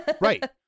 Right